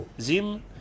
zim